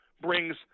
brings